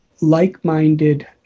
like-minded